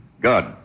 Good